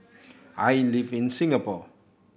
I live in Singapore